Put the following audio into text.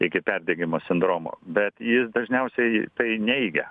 iki perdegimo sindromo bet jis dažniausiai tai neigia